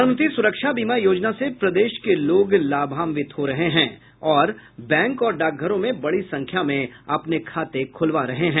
प्रधानमंत्री सुरक्षा बीमा योजना से प्रदेश के लोग लाभांवित हो रहे हैं और बैंक और डाकघरों में बड़ी संख्या में खाते खूलवा रहें हैं